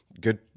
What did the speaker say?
good